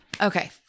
Okay